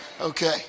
Okay